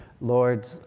Lord